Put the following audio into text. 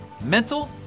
mental